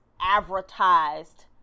advertised